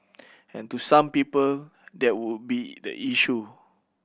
and to some people that would be the issue